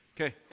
Okay